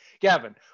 gavin